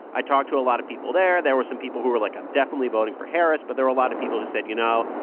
i talked to a lot of people there. there were some people who were like, i'm definitely voting for harris. but there are a lot of people who said, you know,